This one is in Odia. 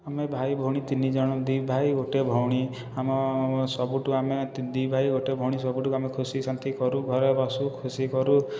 ଆମେ ଭାଇ ଭଉଣୀ ତିନି ଜଣ ଦି ଭାଇ ଗୋଟିଏ ଭଉଣୀ ଆମ ସବୁଠୁ ଆମେ ଦି ଭାଇ ଗୋଟେ ଭଉଣୀ ସବୁଠୁ ଆମେ ଖୁସି ଶାନ୍ତି କରୁ ଘରେ ବସୁ ଖୁସି କରୁ